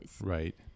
Right